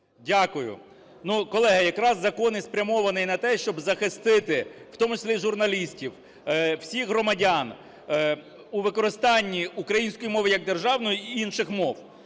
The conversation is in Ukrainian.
Дякую. Ну, колега, якраз закон і спрямований на те, щоб захистити, в тому числі і журналістів, всіх громадян, у використанні української мови як державної і інших мов.